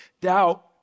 doubt